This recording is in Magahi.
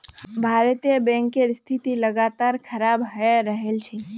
भारतीय बैंकेर स्थिति लगातार खराब हये रहल छे